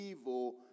evil